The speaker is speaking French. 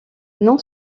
non